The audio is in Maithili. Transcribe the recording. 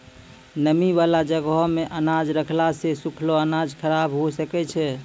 नमी बाला जगहो मे अनाज रखला से सुखलो अनाज खराब हुए सकै छै